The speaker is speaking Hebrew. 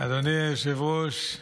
אדוני היושב-ראש,